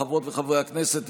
חברי הכנסת,